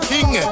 King